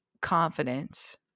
confidence